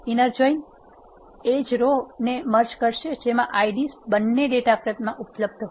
inner join એજ row ને merge કરશે જેમાં Ids બન્ને ડેટા ફ્રેમ્સ મા ઉપલબ્ધ હશે